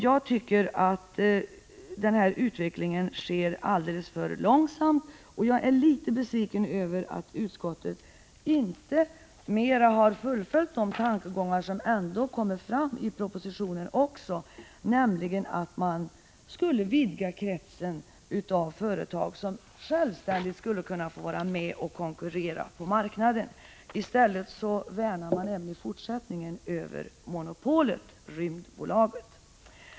Jag tycker att utvecklingen går alldeles för långsamt, och jag är litet besviken över att utskottet inte har fullföljt de tankegånger som ändå kommer fram även i propositionen, nämligen att man borde vidga kretsen av företag som självständigt skulle kunna få vara med och konkurrera på marknaden. I stället värnar man även i fortsättningen om monopolet, Rymdbolaget.